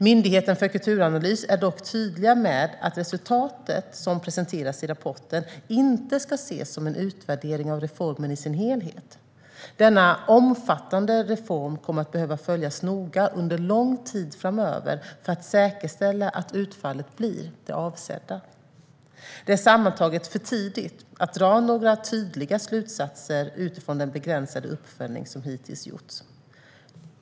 Myndigheten för kulturanalys är dock tydlig med att resultatet som presenteras i rapporten inte ska ses som en utvärdering av reformen i dess helhet. Denna omfattande reform kommer att behöva följas noga under lång tid framöver för att säkerställa att utfallet blir det avsedda. Det är sammantaget för tidigt att dra några tydliga slutsatser utifrån den begränsade uppföljning som hittills gjorts.